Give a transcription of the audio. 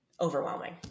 overwhelming